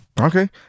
Okay